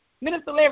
minister